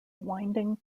winding